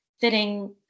sitting